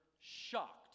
shocked